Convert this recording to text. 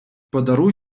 подаруй